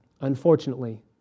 unfortunately